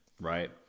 right